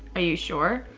are you sure?